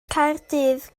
caerdydd